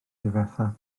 difetha